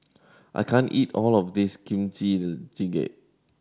I can't eat all of this Kimchi Jjigae